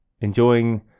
enjoying